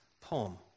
poem